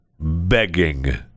begging